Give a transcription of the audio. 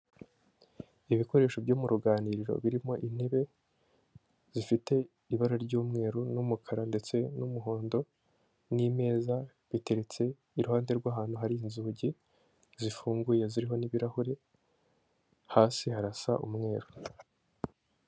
Ibikoresho byo mu ruganiriro, birimo intebe zifite ibara ry'umweru n'umukara ndetse n'umuhondo n'imeza biteretse iruhande rw'ahantu hari inzugi zifunguye, ziriho n'ibirahure, hasi harasa umweru.